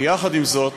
יחד עם זאת,